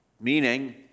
meaning